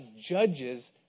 judges